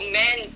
men